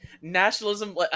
nationalism